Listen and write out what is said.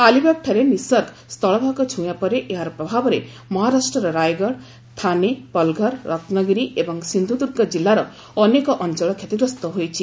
ଆଲିବାଗଠାରେ ନିସର୍ଗ ସ୍ଥଳଭାଗ ଛୁଇଁବା ପରେ ଏହାର ପ୍ରଭାବରେ ମହାରାଷ୍ଟ୍ରର ରାଇଗଡ଼ ଥାନେ ପଲଘର ରତ୍ନଗିରି ଏବଂ ସିନ୍ଧୁଦୁର୍ଗ ଜିଲ୍ଲାର ଅନେକ ଅଞ୍ଚଳ କ୍ଷତିଗ୍ରସ୍ତ ହୋଇଛି